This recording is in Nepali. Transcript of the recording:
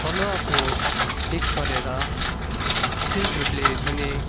बलुवाको मिक्स गरेर स्टिल जुटले धुने